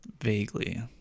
Vaguely